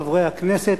חברי הכנסת,